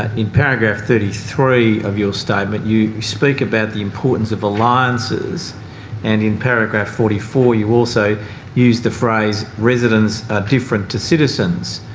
in paragraph thirty three of your statement you speak about the importance of alliances and in paragraph forty four you also use the phrase residents are different to citizens.